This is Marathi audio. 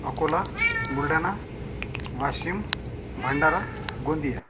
अकोला बुलढाणा वाशिम भंडारा गोंदिया